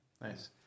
Nice